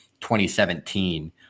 2017